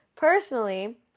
Personally